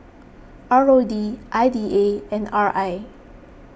R O D I D A and R I